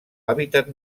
hàbitat